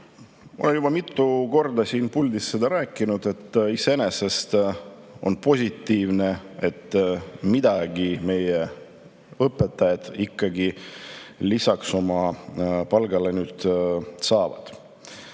Ma olen juba mitu korda siin puldis rääkinud, et iseenesest on positiivne, et midagi meie õpetajad nüüd ikkagi oma palgale lisaks saavad.